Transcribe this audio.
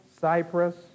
Cyprus